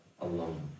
alone